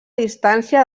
distància